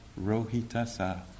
Rohitasa